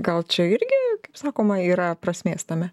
gal čia irgi kaip sakoma yra prasmės tame